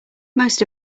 most